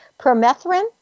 permethrin